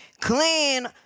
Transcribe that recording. clean